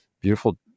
beautiful